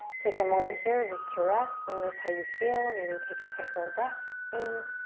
take a moment here just to rest. notice how you feel. maybe take a cycle of breath. in.